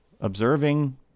observing